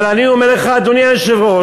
אבל אני אומר לך, אדוני היושב-ראש,